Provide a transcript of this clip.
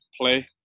play